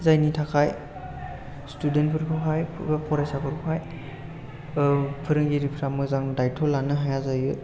जायनि थाखाय स्थुदेन्ट फोरखौ हाय बा फरायसाफोरखौहाय फोरोंगिरिफ्रा मोजां दाइथ' लानो हाया जायो